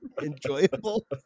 enjoyable